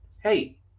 hey